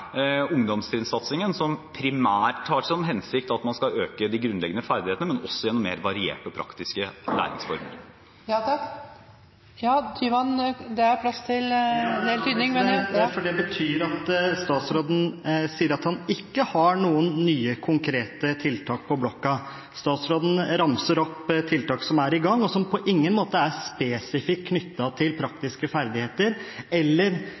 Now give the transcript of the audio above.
primært til hensikt å øke de grunnleggende ferdighetene, men også å ha mer varierte og praktiske læringsformer. Det betyr at statsråden sier at han ikke har noen nye, konkrete tiltak på blokka. Statsråden ramser opp tiltak som er i gang, og som på ingen måte er spesifikt knyttet til praktiske ferdigheter eller